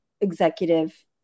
executive